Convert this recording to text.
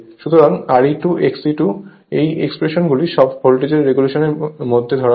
সুতরাং Re2 XE2 এই expression গুলি সব ভোল্টেজ রেগুলেশন এর মধ্যে ধরা হয়